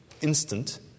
instant